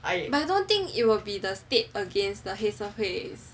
but I don't think it will be the state against the 黑涩会